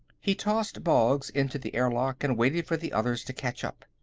he tossed boggs into the airlock and waited for the others to catch up.